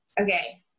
Okay